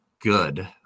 good